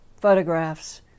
photographs